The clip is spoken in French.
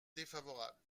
défavorable